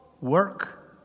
work